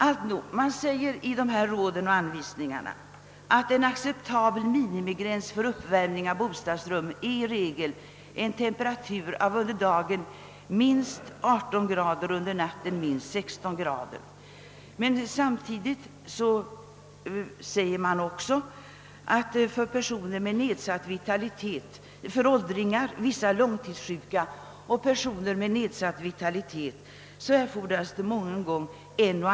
I medicinalstyrelsens råd och anvisningar anges att en acceptabel minimigräns för uppvärmning av bostadsrum i regel är en temperatur av under dagen minst 18 grader och under natten minst 16 grader. För åldringar, vissa långtidssjuka och personer med nedsatt vitalitet erfordras mången gång, sägs det, en eller.